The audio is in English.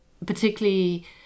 particularly